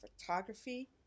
photography